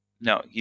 No